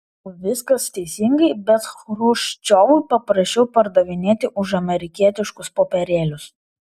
viskas teisingai bet chruščiovui paprasčiau pardavinėti už amerikietiškus popierėlius